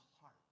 heart